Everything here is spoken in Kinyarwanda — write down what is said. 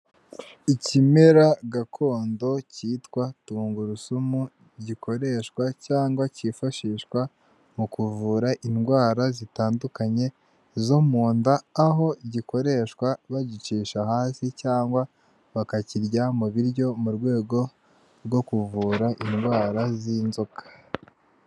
Ikimera gakondo cyitwa tungurusumu gikoreshwa cyangwa kifashishwa mu kuvura indwara zitandukanye zo mu nda, aho gikoreshwa bagicisha hasi cyangwa bakakirya mu biryo mu rwego rwo kuvura indwara z'inzoka.